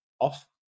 off